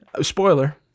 spoiler